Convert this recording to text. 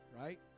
Right